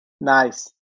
Nice